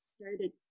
started